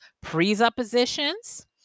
presuppositions